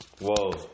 whoa